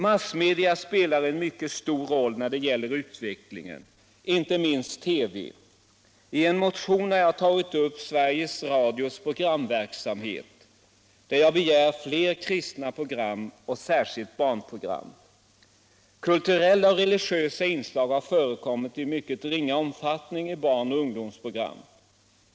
Massmedia, inte minst TV, spelar en mycket stor roll när det gäller utvecklingen. I en motion har jag tagit upp Sveriges Radios programverksamhet, där jag begär fler kristna program och då särskilt kristna barnprogram. Kulturella och religiösa inslag har förekommit i mycket ringa omfattning i barn och ungdomsprogram.